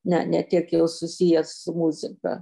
ne ne tiek jau susiję su muzika